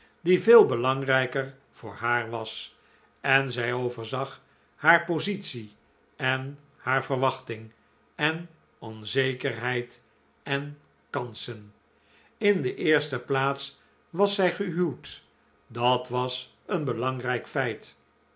die veel belangrijker voor haar was en zij overzag haar positie en haar verwachting en onzekerheid en kansen in de eerste plaats was zij gehuwd dat was een belangrijk feit